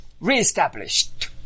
reestablished